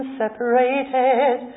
separated